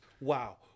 Wow